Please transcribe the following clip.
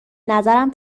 نظرم